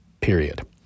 period